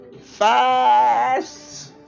fast